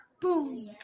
boom